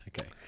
okay